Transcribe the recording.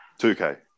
2K